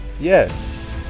yes